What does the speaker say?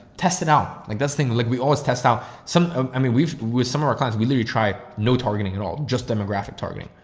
test it out like this thing, like we always test out some. um i mean we've with some of our clients we literally try no targeting at all. just demographic targeting.